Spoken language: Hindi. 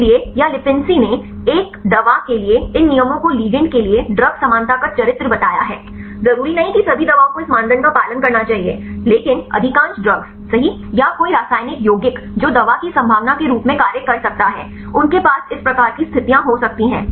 इसलिए यहाँ लिपिंसी ने एक दवा के लिए इन नियमों को लिगैंड के लिए ड्रग समानता का चरित्र बताया है जरूरी नहीं कि सभी दवाओं को इस मानदंड का पालन करना चाहिए लेकिन अधिकांश ड्रग्स सही या कोई रासायनिक यौगिक जो दवा की संभावना के रूप में कार्य कर सकता है उनके पास इस प्रकार की स्थितियां हो सकती हैं